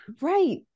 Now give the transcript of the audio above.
Right